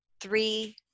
three